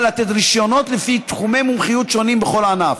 לתת רישיונות לפי תחומי מומחיות שונים בכל ענף,